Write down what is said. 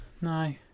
No